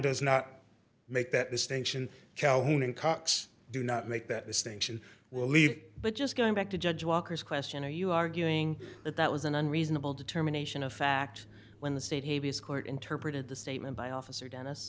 does not make that distinction calhoun and cox do not make that distinction will leave but just going back to judge walker's question are you arguing that that was an unreasonable determination of fact when the state court interpreted the statement by officer dennis